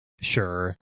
sure